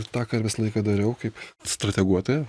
tą ką ir visą laiką dariau kaip strateguotoją